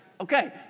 Okay